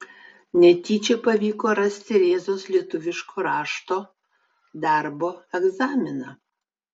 netyčia pavyko rasti rėzos lietuviško rašto darbo egzaminą